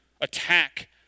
attack